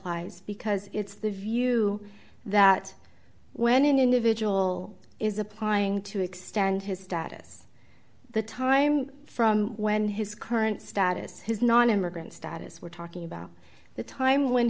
applies because it's the view that when an individual is applying to extend his status the time from when his current status his nonimmigrant status we're talking about the time when